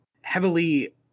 heavily